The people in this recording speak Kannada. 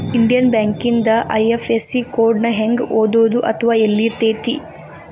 ಇಂಡಿಯನ್ ಬ್ಯಾಂಕಿಂದ ಐ.ಎಫ್.ಎಸ್.ಇ ಕೊಡ್ ನ ಹೆಂಗ ಓದೋದು ಅಥವಾ ಯೆಲ್ಲಿರ್ತೆತಿ?